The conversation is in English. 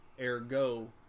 ergo